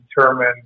determine